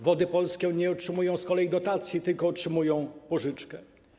Wody Polskie nie otrzymują z kolei dotacji, tylko otrzymują pożyczkę.